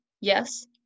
yes